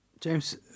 James